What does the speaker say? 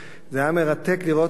זה היה מרתק לראות איך,